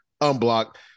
unblocked